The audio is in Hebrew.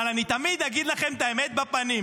אבל תמיד אגיד לכם את האמת בפנים.